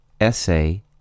essay